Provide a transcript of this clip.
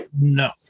No